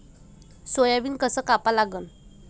Soybean कस कापा लागन?